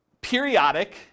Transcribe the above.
periodic